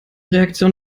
reaktion